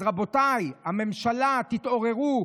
אז רבותיי, הממשלה, תתעוררו.